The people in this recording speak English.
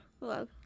Love